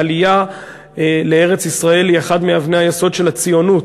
העלייה לארץ-ישראל היא אחת מאבני היסוד של הציונות,